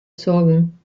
sorgen